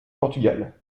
portugal